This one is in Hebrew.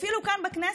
אפילו כאן בכנסת,